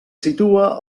situa